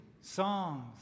songs